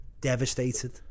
devastated